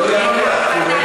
אתה מתעלם מדברי.